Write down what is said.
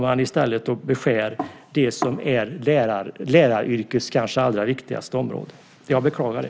I stället beskär man det som kanske är läraryrkets allra viktigaste område. Jag beklagar det.